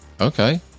Okay